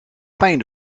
pijn